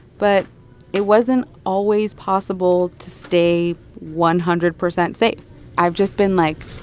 but it wasn't always possible to stay one hundred percent safe i've just been, like,